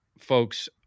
folks